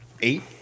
Eight